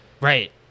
Right